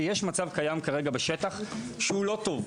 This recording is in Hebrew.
יש מצב בשטח כיום שהוא לא טוב.